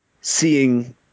seeing